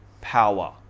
power